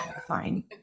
Fine